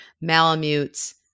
Malamutes